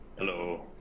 Hello